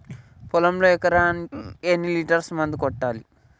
పొలంలో ఎకరాకి ఎన్ని లీటర్స్ మందు కొట్టాలి?